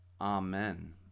Amen